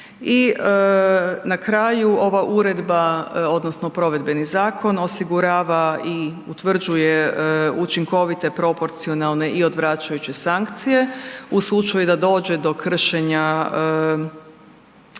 na kraju, ova uredba odnosno provedbeni zakon osigurava i utvrđuje učinkovite proporcionalne i odvraćajuće sankcije u slučaju da dođe do kršenja prava